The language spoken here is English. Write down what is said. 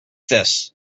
this